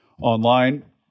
online